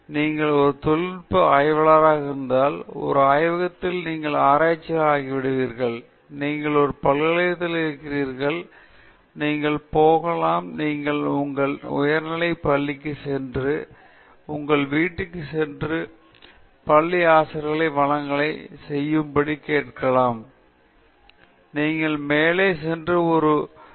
சரி நீங்கள் ஒரு தொழில்நுட்ப ஆய்வாளராக உள்ளீர்கள் ஒரு ஆய்வகத்தில் நீங்கள் ஆராய்ச்சியாளர் ஆகிவிட்டீர்கள் நீங்கள் ஒரு பல்கலைக்கழகத்தில் இருக்கின்றீர்கள் நீங்கள் போகலாம் நீங்கள் உங்கள் உயர்நிலைப் பள்ளிக்கு சென்று உங்கள் வீட்டிற்குச் சென்று உங்கள் பள்ளி ஆசிரியர்கள் ஒரு வழங்களை செய்யும்படி கேட்கலாம் உங்கள் பள்ளி பத்தாவது தர மாணவர்கள் அல்லது பத்தாவது தரமான மாணவர்கள் சொல்ல